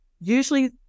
usually